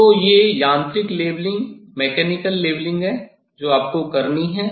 तो ये यांत्रिक लेवलिंग हैं जो आपको करनी है